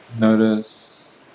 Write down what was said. Notice